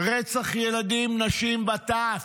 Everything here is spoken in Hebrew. רצח ילדים, נשים וטף.